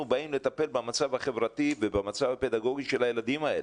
באים לטפל במצב החברתי ובמצב הפדגוגי של הילדים האלה.